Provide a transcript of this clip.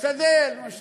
הוא משתדל, מה שנקרא,